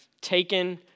taken